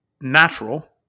natural